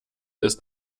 ist